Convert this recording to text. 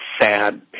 sad